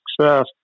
success